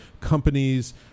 companies